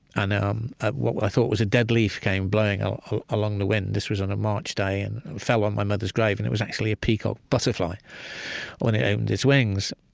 and um what what i thought was a dead leaf came blowing ah ah along the wind this was on a march day, and it fell on my mother's grave, and it was actually a peacock butterfly when it opened its wings.